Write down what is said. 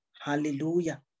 hallelujah